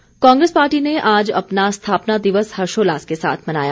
स्थापना दिवस कांगेस पार्टी ने आज अपना स्थापना दिवस हर्षोल्लास के साथ मनाया